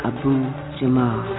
Abu-Jamal